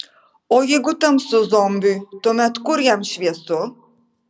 o jeigu tamsu zombiui tuomet kur jam šviesu